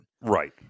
Right